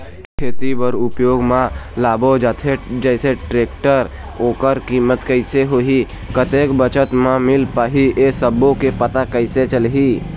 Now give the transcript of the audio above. खेती बर उपयोग मा लाबो जाथे जैसे टेक्टर ओकर कीमत कैसे होही कतेक बचत मा मिल पाही ये सब्बो के पता कैसे चलही?